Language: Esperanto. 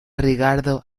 rigardo